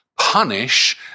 punish